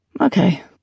Okay